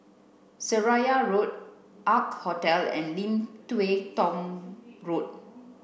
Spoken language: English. Seraya Road Ark Hostel and Lim Tua Tow Road